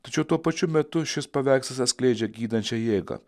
tačiau tuo pačiu metu šis paveikslas atskleidžia gydančią jėgą